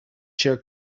share